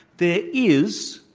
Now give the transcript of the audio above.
there is,